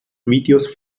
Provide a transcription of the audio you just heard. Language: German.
videos